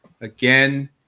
Again